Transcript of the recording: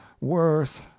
worth